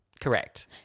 Correct